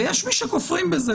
ויש מי שכופרים בזה,